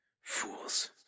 Fools